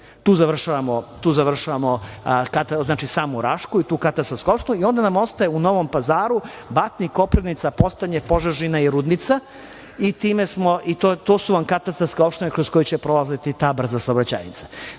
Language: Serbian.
Tu završavamo samu Rašku, tu katastarsku opštinu i onda nam ostaje u Novom Pazaru Batnik, Koprivnica, Postanje, Požežina i Rudnica i to su vam katastarske opštine kroz koje će prolaziti ta brza saobraćajnica. Naravno